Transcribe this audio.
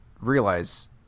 realize